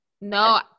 no